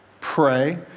pray